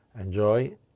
Enjoy